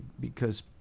because,